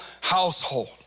household